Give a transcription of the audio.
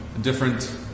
different